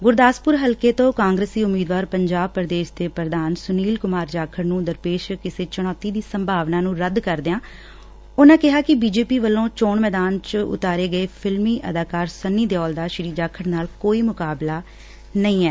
ਗੁਰਦਾਸਪੁਰ ਹਲਕੇ ਤੋ ਕਾਂਗਰਸੀ ਉਮੀਦਵਾਰ ਪੰਜਾਬ ਪ੍ਰਦੇਸ਼ ਦੇ ਪ੍ਰਧਾਨ ਸੁਨੀਲ ਕੁਮਾਰ ਜਾਖੜ ਨੂੰ ਦਰਪੇਸ਼ ਕਿਸੇ ਚੁਣੌਤੀ ਦੀ ਸੰਭਾਵਨਾ ਨੂੰ ਰੱਦ ਕਰਦਿਆਂ ਉਨੂਾ ਕਿਹਾ ਕਿ ਬੀਜੇਪੀ ਵੱਲੋਂ ਚੋਣ ਮੈਦਾਨ ਚ ਉਤਾਰੈ ਗਏ ਫਿਲਮ ਅਦਾਕਾਰ ਸੰਨੀ ਦਿਓਲ ਦਾ ਸ੍ਰੀ ਜਾਖੜ ਨਾਲ ਕੋਈ ਮੁਕਾਬਲਾ ਨਹੀਂ ਏ